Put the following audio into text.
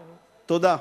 תודה.